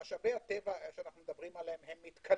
משאבי הטבע שאנחנו מדברים עליהם,